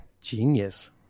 Genius